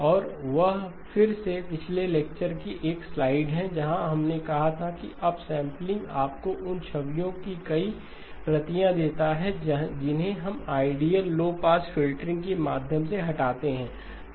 और वह फिर से पिछले लेक्चर से एक स्लाइड है जहां हमने कहा था कि अपसैंपलिंग आपको उन छवियों की कई प्रतियां देता है जिन्हें आप आइडियल लो पास फिल्टर के माध्यम से हटाते हैं